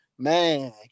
Man